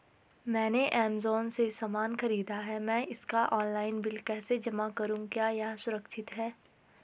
मैंने ऐमज़ान से सामान खरीदा है मैं इसका ऑनलाइन बिल कैसे जमा करूँ क्या यह सुरक्षित है?